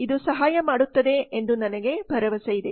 ಇದು ಸಹಾಯ ಮಾಡುತ್ತದೆ ಎಂದು ನಾನು ಭಾವಿಸುತ್ತೇನೆ